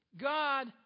God